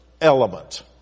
element